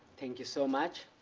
thank you so much.